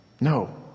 No